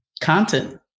content